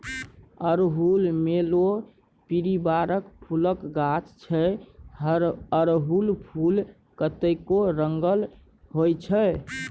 अड़हुल मेलो परिबारक फुलक गाछ छै अरहुल फुल कतेको रंगक होइ छै